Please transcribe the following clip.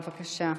בבקשה.